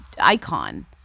icon